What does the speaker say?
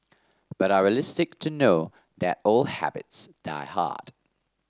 but are realistic to know that old habits die hard